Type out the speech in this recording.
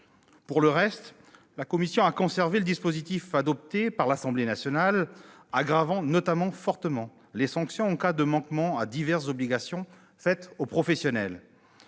Pour le reste, la commission a conservé le dispositif adopté par l'Assemblée nationale, aggravant notamment fortement les sanctions en cas de manquement à diverses dispositions relatives aux professionnels,